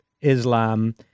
Islam